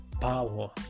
power